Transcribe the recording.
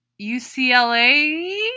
UCLA